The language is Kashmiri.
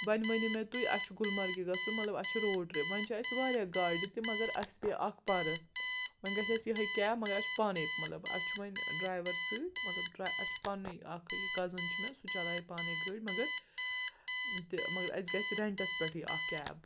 وۄنۍ ؤنِو مےٚ تُہۍ اَسہِ گُلمَرگہِ گژھُن مطلب اَسہِ چھِ روڈ ٹرٛپ وۄنۍ چھِ اَسہِ واریاہ گاڑِ تہِ مگر اَسہِ پےٚ اَکھ پَرٕ وۄنۍ گژھِ اَسہِ یِہوٚے کیب مَگر اَسہِ چھُ پانَے مطلب اَسہِ چھُ وۄنۍ ڈرٛایوَر سۭتۍ مطلب ڈرٛاے اَسہِ چھُ پنٛنُے اَکھ یہِ کَزٕن چھُ مےٚ سُہ چلایہِ پانَے گٲڑۍ مگر تہِ مگر اَسہِ گَژھِ رٮ۪نٹَس پٮ۪ٹھٕے اَکھ کیب